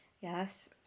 Yes